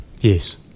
Yes